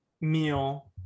meal